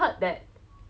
so then